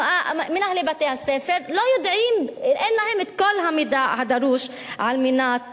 למנהלי בתי-הספר אין כל המידע הדרוש על מנת